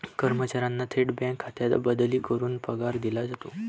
कर्मचाऱ्यांना थेट बँक खात्यात बदली करून पगार दिला जातो